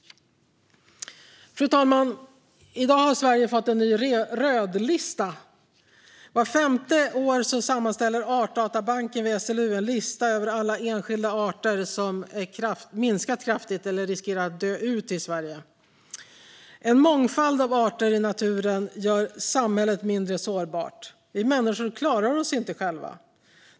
Fru talman! I dag har Sverige fått en ny rödlista. Vart femte år sammanställer Artdatabanken vid SLU en lista över alla enskilda arter som har minskat kraftigt eller som riskerar att dö ut i Sverige. En mångfald av arter i naturen gör samhället mindre sårbart. Vi människor klarar oss inte själva.